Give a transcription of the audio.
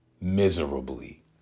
miserably